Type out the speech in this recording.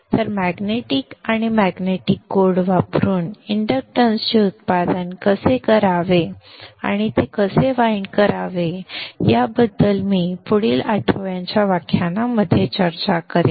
तर मॅग्नेटिक आणि magnetic code वापरून इंडक्टन्सचे उत्पादन कसे करावे आणि ते कसे वाइंड करावे याबद्दल मी पुढील आठवड्यांच्या व्याख्यानांमध्ये चर्चा करेन